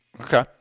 Okay